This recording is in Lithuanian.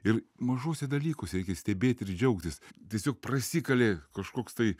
ir mažuose dalykuose reikia stebėt ir džiaugtis tiesiog prasikalė kažkoks tai